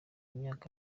imyaka